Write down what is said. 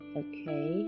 okay